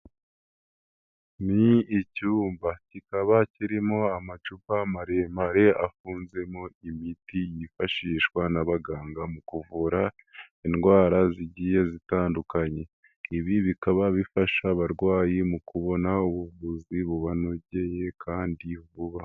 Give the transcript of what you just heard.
Ni icyumba kikaba kirimo amacupa maremare afunzemo imiti yifashishwa n'abaganga mu kuvura indwara zigiye zitandukanye. Ibi bikaba bifasha abarwayi mu kubona ubuvuzi bubanogeye kandi vuba.